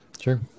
sure